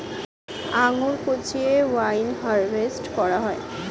আঙ্গুর পচিয়ে wine harvest করা হয়